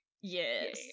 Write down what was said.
yes